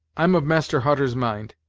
i'm of master hutter's mind,